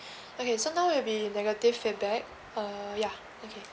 okay so now will be negative feedback err yeah okay